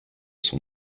son